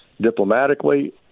diplomatically